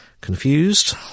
Confused